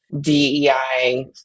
DEI